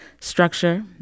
structure